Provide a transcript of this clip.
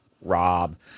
Rob